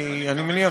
כי אני מניח,